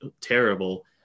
terrible